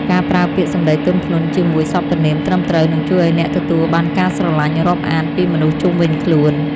ការប្រើពាក្យសម្តីទន់ភ្លន់ជាមួយសព្វនាមត្រឹមត្រូវនឹងជួយឱ្យអ្នកទទួលបានការស្រឡាញ់រាប់អានពីមនុស្សជុំវិញខ្លួន។